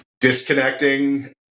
disconnecting